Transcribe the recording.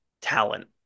talent